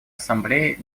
ассамблее